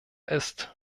ist